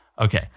Okay